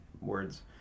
words